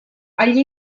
agli